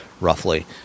roughly